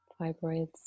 Fibroids